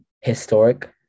historic